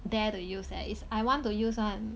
dare to use eh is I want to use one